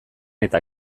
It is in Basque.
eta